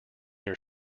your